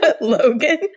Logan